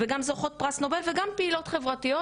וגם זוכות פרס נובל וגם פעילות חברתיות